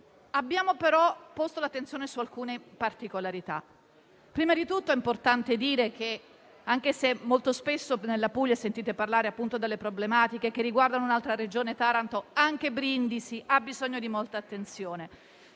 abbiamo posto l'attenzione su alcune particolarità. Innanzitutto, è importante dire che, anche se molto spesso a proposito della Puglia sentite parlare delle problematiche che riguardano un'altra città, Taranto, anche Brindisi ha bisogno di molta attenzione.